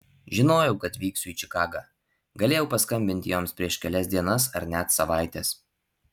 žinojau kad vyksiu į čikagą galėjau paskambinti joms prieš kelias dienas ar net savaites